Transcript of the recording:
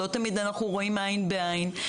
לא תמיד אנחנו רואים עין בעין.